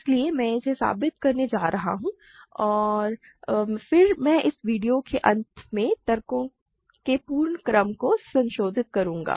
इसलिए मैं इसे साबित करने जा रहा हूं और फिर मैं इस वीडियो के अंत में तर्कों के पूरे क्रम को संशोधित करूंगा